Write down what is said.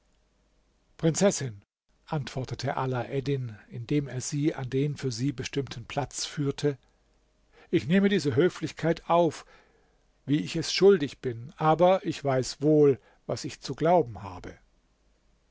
prinzessin antwortete alaeddin indem er sie an den für sie bestimmten platz führte ich nehme diese höflichkeit auf wie ich es schuldig bin aber ich weiß wohl was ich zu glauben habe